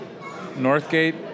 Northgate